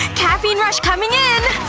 caffeine rush coming in!